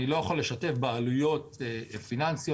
אני לא יכול לשתף בעלויות פיננסיות,